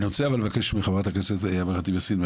אני רוצה לבקש ממך בקשה חברת הכנסת אימאן ח'טיב יאסין,